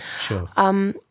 Sure